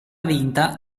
vinta